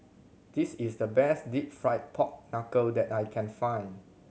this is the best Deep Fried Pork Knuckle that I can find